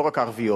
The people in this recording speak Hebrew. לא רק הערביות,